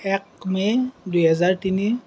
এক মে দুহেজাৰ তিনি